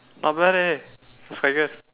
not bad leh if I get